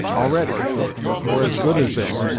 already or, as good as theirn,